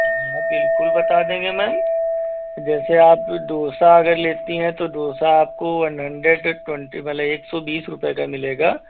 हाँ बिल्कुल बता देंगे मैम जैसे आप दोसा अगर लेती हैं तो दोसा आपको वन हंडरेड ट्वेंटी माने एक सौ बीस रुपये का मिलेगा